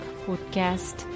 podcast